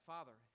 Father